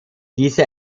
diese